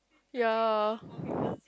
ya